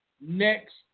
next